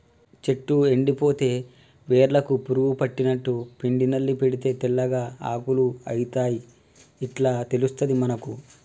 చెట్టు ఎండిపోతే వేర్లకు పురుగు పట్టినట్టు, పిండి నల్లి పడితే తెల్లగా ఆకులు అయితయ్ ఇట్లా తెలుస్తది మనకు